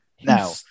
Now